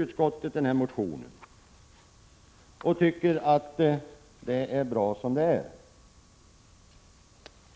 Utskottet avstyrker motionen och tycker att det är bra som det är.